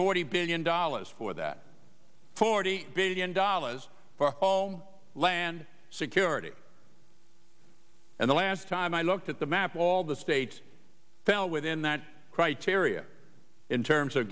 forty billion dollars for that forty billion dollars for all land security and the last time i looked at the map of all the states fell within that criteria in terms of